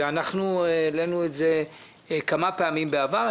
העלינו את זה כמה פעמים בעבר.